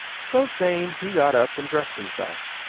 so saying, he got up and dressed himself.